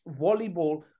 volleyball